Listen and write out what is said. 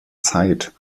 zeit